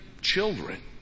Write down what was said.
children